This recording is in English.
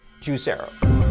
Juicero